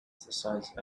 size